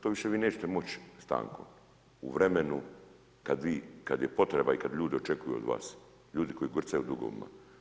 To više nećete moć stankom u vremenu kada je potreba i kada ljudi očekuju od vas, ljudi koji grcaju u dugovima.